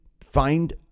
find